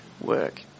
work